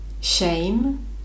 shame